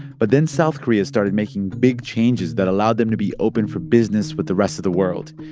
but then south korea started making big changes that allowed them to be open for business with the rest of the world.